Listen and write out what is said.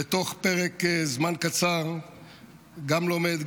ובתוך פרק זמן קצר גם לומד,